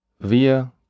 Wir